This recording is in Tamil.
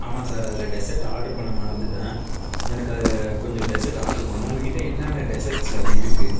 ஆமாம் சார் அதில் டெசர்ட் ஆர்டரு பண்ண மறந்துட்டேன் எனக்கு அதில் கொஞ்சம் டெசர்ட் ஆர்டரு பண்ணும் உங்கள்கிட்ட என்னென்ன டெசட்ர்ஸ் சார் இருக்கு